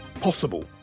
possible